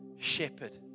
Shepherd